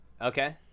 Okay